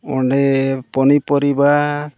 ᱚᱸᱰᱮ ᱯᱚᱱᱤ ᱯᱚᱨᱤᱵᱟᱨ